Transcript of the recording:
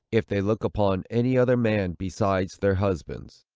if they look upon any other man besides their husbands.